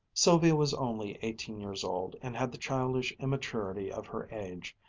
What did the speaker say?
sylvia was only eighteen years old and had the childish immaturity of her age,